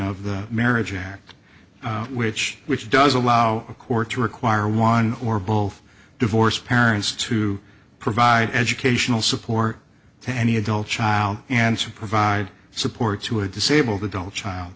of the marriage act which which does allow a court to require one or both divorced parents to provide educational support to any adult child answered provide support to a disabled adult child